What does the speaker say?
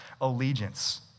allegiance